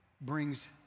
brings